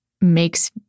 makes